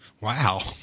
Wow